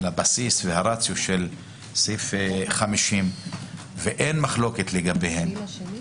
הבסיס והרציו של סעיף 50 ואין מחלוקת לגביהן